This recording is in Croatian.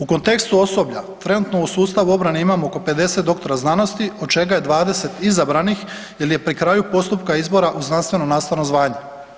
U kontekstu osoblja, trenutno u sustavu obrane imamo oko 50 doktora znanosti, od čega je 20 izabranih ili je pri kraju postupka izbora u znanstveno-nastavnom zvanju.